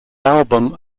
album